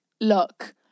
look